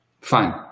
fine